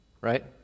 Right